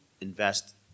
invest